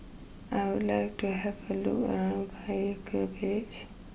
I would like to have a look around Vaiaku Village